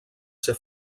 ser